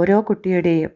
ഓരോ കുട്ടിയുടെയും